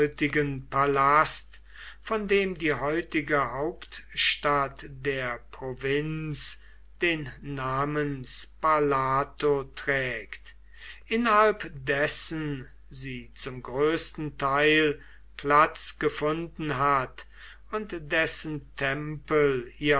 palast von dem die heutige hauptstadt der provinz den namen spalato trägt innerhalb dessen sie zum größten teil platz gefunden hat und dessen tempel